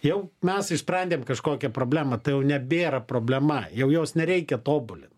jau mes išsprendėm kažkokią problemą tai jau nebėra problema jau jos nereikia tobulint